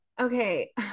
Okay